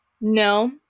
no